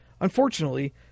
unfortunately